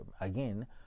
again